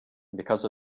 because